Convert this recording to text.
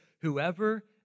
whoever